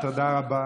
תודה, תודה רבה.